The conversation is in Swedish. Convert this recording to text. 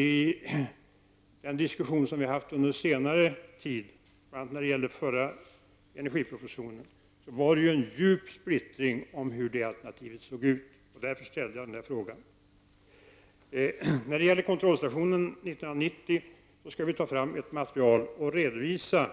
I den diskussion vi har haft under senare tid, bl.a. när det gällde den förra energipropositionen, så fanns det ju en djup splittring i fråga om detta alternativ. Det var med anledning av detta som jag ställde den frågan. Vad gäller frågan om kontrollstationen 1990 skall vi ta fram ett material och redovisa